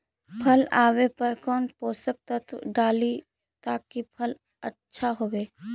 फल आबे पर कौन पोषक तत्ब डाली ताकि फल आछा होबे?